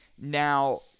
Now